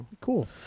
Cool